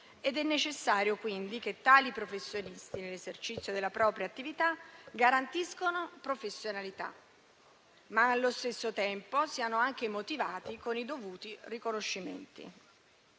È necessario quindi che tali professionisti nell'esercizio della propria attività garantiscano professionalità, ma allo stesso tempo siano anche motivati con i dovuti riconoscimenti.